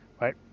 right